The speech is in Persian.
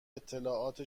اطلاعات